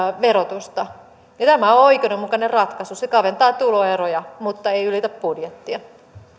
verotusta tämä on oikeudenmukainen ratkaisu se kaventaa tuloeroja mutta ei ylitä budjettia